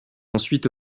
ensuite